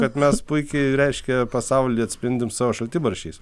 kad mes puikiai reiškia pasaulį atspindim savo šaltibarščiais